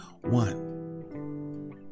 one